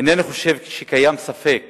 אינני חושב שקיים ספק